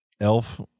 elf